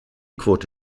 quote